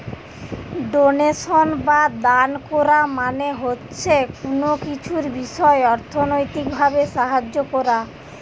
donation বা দান কোরা মানে হচ্ছে কুনো কিছুর বিষয় অর্থনৈতিক ভাবে সাহায্য কোরা